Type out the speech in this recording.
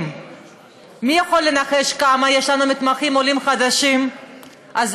מי יכול לנחש כמה מתמחים עולים חדשים יש לנו?